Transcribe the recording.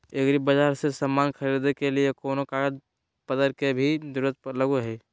एग्रीबाजार से समान खरीदे के लिए कोनो कागज पतर के भी जरूरत लगो है?